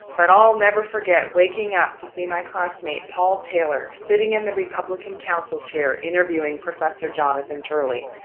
but i'll never forget waking up to see my classmate paul taylor sitting in the republican counsel chair, interviewing professor jonathan turley.